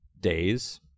days